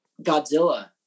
Godzilla